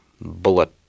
bullet